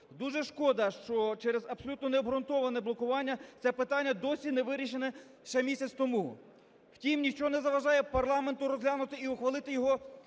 Дуже шкода, що через абсолютно необґрунтоване блокування це питання досі не вирішено ще місяць тому. Втім нічого не заважає парламенту розглянути і ухвалити його